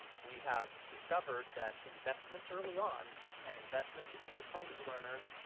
we have discovered that investments early on and investments in english language learners,